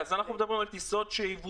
השאלה היא לגבי טיסות שהיו